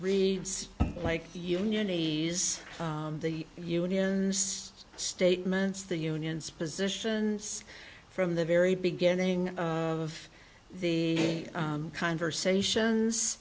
reads like union is the unions statements the unions positions from the very beginning of the conversations